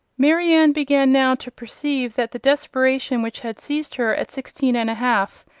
marianne began now to perceive that the desperation which had seized her at sixteen and a half,